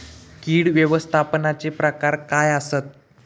कीड व्यवस्थापनाचे प्रकार काय आसत?